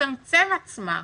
תצמצם עצמה,